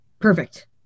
perfect